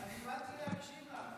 אני באתי להקשיב לך.